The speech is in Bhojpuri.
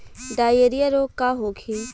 डायरिया रोग का होखे?